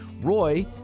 Roy